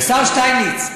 השר שטייניץ,